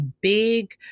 big